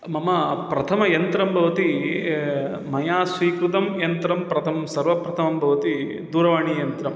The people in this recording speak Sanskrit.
मम प्रथमयन्त्रं भवति मया स्वीकृतं यन्त्रं प्रथमं सर्वप्रथमं भवति दूरवाणीयन्त्रं